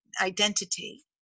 identity